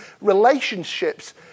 relationships